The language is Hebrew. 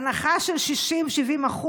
הנחה של 60% 70%,